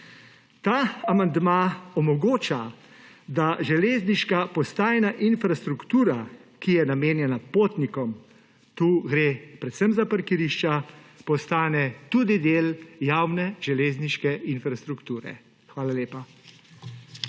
Ta amandma omogoča, da železniška postajna infrastruktura, ki je namenjena potnikom, tukaj gre predvsem za parkirišča, postane tudi del javne železniške infrastrukture. Hvala lepa.